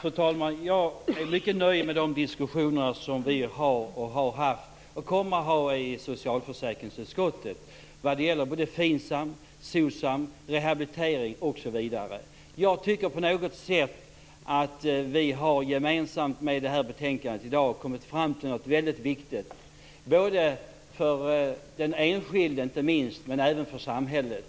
Fru talman! Jag är mycket nöjd med de diskussioner som vi har haft, har och kommer att ha i socialförsäkringsutskottet vad gäller både FINSAM, SOCSAM, rehabilitering osv. Jag tycker att vi i detta betänkande gemensamt har kommit fram till något väldigt viktigt både för den enskilde och för samhället.